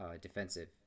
defensive